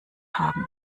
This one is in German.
haben